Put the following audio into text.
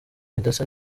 bidasa